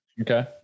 Okay